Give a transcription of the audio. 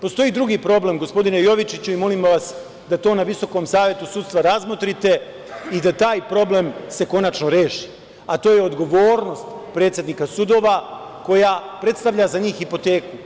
Postoji drugi problem, gospodine Jovičiću, i molim vas da to na Visokom savetu sudstva razmotrite i da se taj problem konačno reši, a to je odgovornost predsednika sudova koja predstavlja za njih hipoteku.